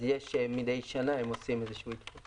אז מידי שנה הם עושים איזשהו עדכון.